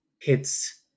hits